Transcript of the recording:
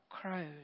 crows